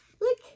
Look